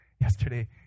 Yesterday